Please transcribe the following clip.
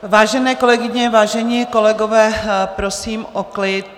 Vážené kolegyně, vážení kolegové, prosím o klid.